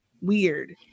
weird